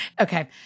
Okay